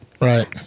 Right